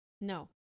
No